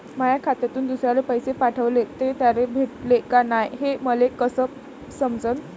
माया खात्यातून दुसऱ्याले पैसे पाठवले, ते त्याले भेटले का नाय हे मले कस समजन?